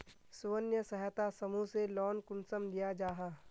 स्वयं सहायता समूह से लोन कुंसम लिया जाहा?